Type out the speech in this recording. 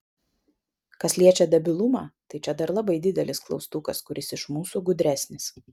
kas liečia debilumą tai čia dar labai didelis klaustukas kuris iš mūsų gudresnis